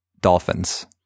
dolphins